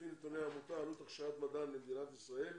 לפי נתוני העמותה עלות הכשרת מדען למדינת ישראל